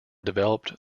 developed